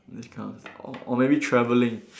these kind of s~ or or maybe travelling